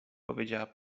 powiedziała